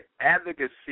advocacy